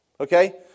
Okay